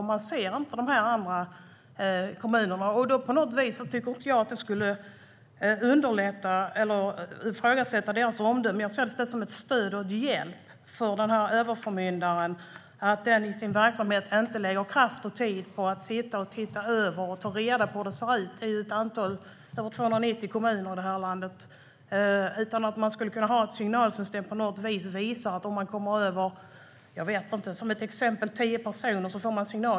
Uppdragen i de andra kommunerna syns inte. Jag ifrågasätter inte överförmyndarnas omdöme, utan jag ser ett register som ett stöd och en hjälp att inte lägga kraft och tid på att ta reda på hur det ser ut i 290 kommuner. Ett it-system skulle kunna signalera om en god man har fler än tio uppdrag.